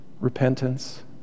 repentance